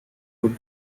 could